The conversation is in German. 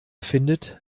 findet